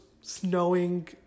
snowing